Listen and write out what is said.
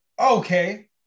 okay